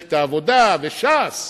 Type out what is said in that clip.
מפלגת העבודה וש"ס,